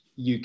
uk